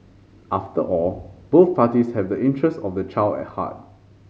after all both parties have a interest of the child at heart